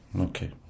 okay